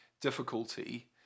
difficulty